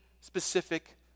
specific